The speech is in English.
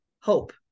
hope